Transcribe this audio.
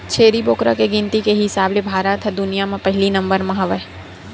छेरी बोकरा के गिनती के हिसाब ले भारत ह दुनिया म पहिली नंबर म हे